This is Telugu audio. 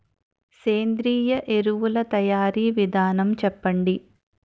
సేంద్రీయ ఎరువుల తయారీ విధానం చెప్పండి?